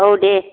औ दे